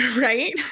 Right